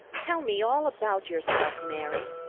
tell me all about yourself, mary,